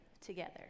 together